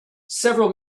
several